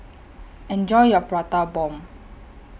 Enjoy your Prata Bomb